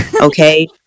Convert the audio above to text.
Okay